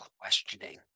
questioning